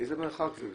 איזה מרחק זה,